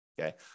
okay